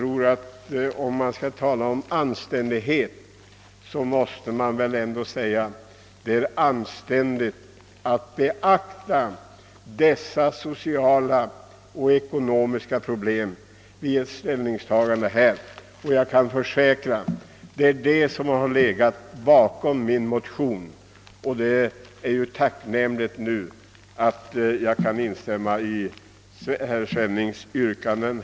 Om något är anständigt borde det vara att vid ett ställningstagande på detta område beakta dessa gruppers sociala och ekonomiska problem. Det är dessa som legat bakom min motion. Jag kan instämma i herr Svennings yrkanden.